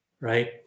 right